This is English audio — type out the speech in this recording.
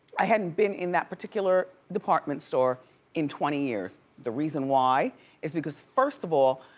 i hadn't been in that particular department store in twenty years. the reason why is because first of all,